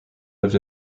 lived